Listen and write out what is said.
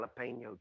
jalapeno